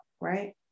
right